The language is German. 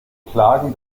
klagen